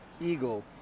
Eagle